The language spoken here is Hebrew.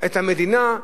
את המדינה,